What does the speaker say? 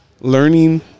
learning